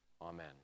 Amen